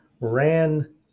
ran